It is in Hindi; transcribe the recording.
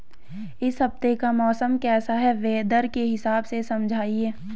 इस हफ्ते का मौसम कैसा है वेदर के हिसाब से समझाइए?